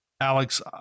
Alex